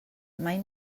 mai